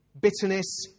bitterness